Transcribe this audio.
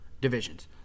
divisions